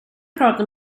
prata